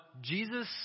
Jesus